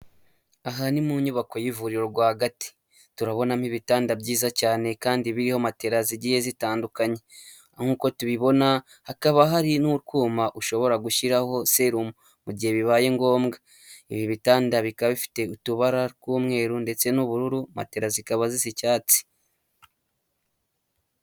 Aha ni mu nyubako y'ivuriro rwagati. Turabonamo ibitanda byiza cyane kandi biriho matera zigiye zitandukanye. Nk'uko tubibona hakaba hari n'utwuma ushobora gushyiraho serumu. Mu gihe bibaye ngombwa. Ibi bitanda bikaba bifite utubara tw'umweru ndetse n'ubururu, matera zikaba ziza icyatsi.